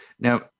Now